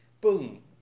boom